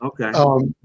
Okay